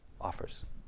offers